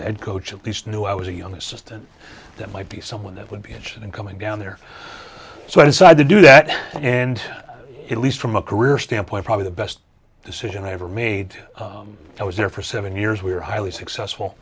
head coach at least knew i was a young assistant that might be someone that would be interested in coming down there so i decided to do that and it leads from a career standpoint probably the best decision i ever made i was there for seven years we were highly successful